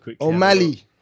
O'Malley